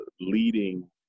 leading